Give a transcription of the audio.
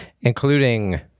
including